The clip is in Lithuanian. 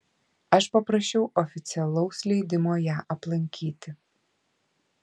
aš paprašiau oficialaus leidimo ją aplankyti